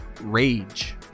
Rage